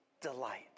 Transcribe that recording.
delight